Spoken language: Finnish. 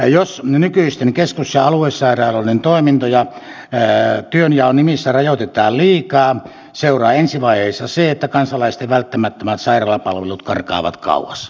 jos nykyisten keskus ja aluesairaaloiden toimintoja työnjaon nimissä rajoitetaan liikaa seuraa ensivaiheessa se että kansalaisten välttämättömät sairaalapalvelut karkaavat kauas